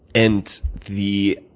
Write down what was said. and the